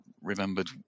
remembered